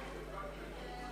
נמנעים.